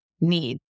need